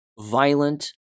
violent